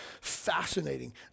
fascinating